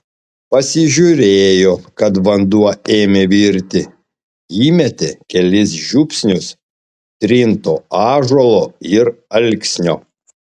pasižiūrėjo kad vanduo ėmė virti įmetė kelis žiupsnius trinto ąžuolo ir alksnio